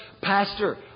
pastor